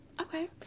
Okay